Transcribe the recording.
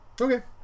okay